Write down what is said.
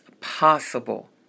possible